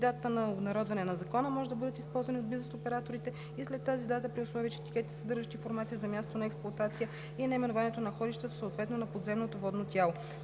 датата на обнародване на закона, може да бъдат използвани от бизнес операторите и след тази дата, при условие че етикетите съдържат информация за мястото на експлоатация и наименованието на находището, съответно – на подземното водно тяло.“